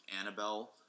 Annabelle